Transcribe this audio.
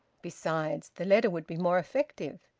besides, the letter would be more effective.